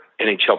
NHL